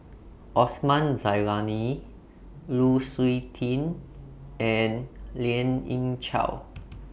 Osman Zailani Lu Suitin and Lien Ying Chow